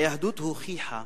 "היהדות הוכיחה